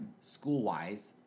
school-wise